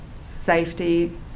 safety